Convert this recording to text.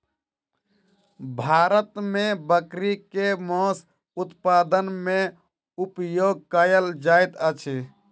भारत मे बकरी के मौस उत्पादन मे उपयोग कयल जाइत अछि